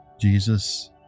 Jesus